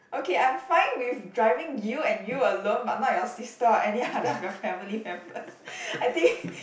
okay I'm fine with driving you and you alone but not your sister or any other of your family members I think